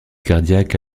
cardiaque